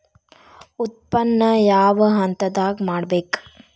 ಉತ್ಪನ್ನ ಯಾವ ಹಂತದಾಗ ಮಾಡ್ಬೇಕ್?